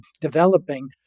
developing